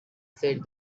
said